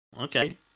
okay